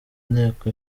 inteko